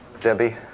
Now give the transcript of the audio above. Debbie